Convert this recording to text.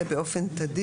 באופן תדיר,